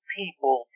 people